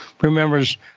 remembers